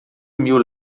mil